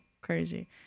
Crazy